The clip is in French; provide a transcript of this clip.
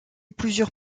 plusieurs